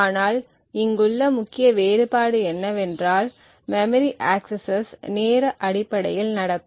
ஆனால் இங்குள்ள முக்கிய வேறுபாடு என்னவென்றால் மெமரி ஆக்சஸஸ் நேர அடிப்படையில் நடக்கும்